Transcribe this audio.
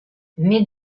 mais